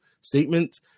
statement